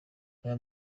aya